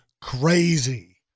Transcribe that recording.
crazy